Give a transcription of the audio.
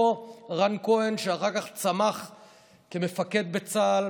אותו רן כהן שאחר כך צמח כמפקד בצה"ל,